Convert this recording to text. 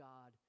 God